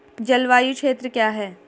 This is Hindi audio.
जलवायु क्षेत्र क्या है?